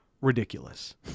ridiculous